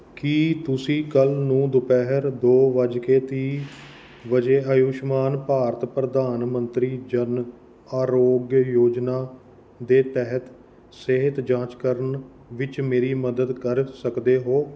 ਕੀ ਤੁਸੀਂ ਕੱਲ੍ਹ ਨੂੰ ਦੁਪਿਹਰ ਦੋ ਵੱਜ ਕੇ ਤੀਹ ਵਜੇ ਆਯੁਸ਼ਮਾਨ ਭਾਰਤ ਪ੍ਰਧਾਨ ਮੰਤਰੀ ਜਨ ਆਰੋਗਯ ਯੋਜਨਾ ਦੇ ਤਹਿਤ ਸਿਹਤ ਜਾਂਚ ਕਰਨ ਵਿੱਚ ਮੇਰੀ ਮਦਦ ਕਰ ਸਕਦੇ ਹੋ